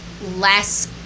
less